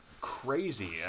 crazy